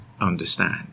understand